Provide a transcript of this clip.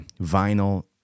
vinyl